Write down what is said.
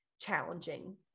challenging